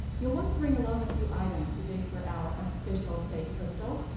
you'll want to bring along a few items to dig for our official state crystal.